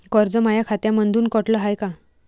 कर्ज माया खात्यामंधून कटलं हाय का?